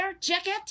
jacket